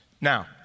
now